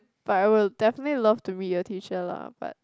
but I would definitely love to meet your teacher lah but